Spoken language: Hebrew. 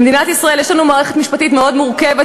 במדינת ישראל יש לנו מערכת משפטית מאוד מורכבת,